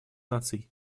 наций